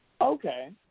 Okay